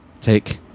take